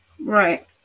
Right